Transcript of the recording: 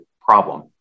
problem